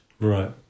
right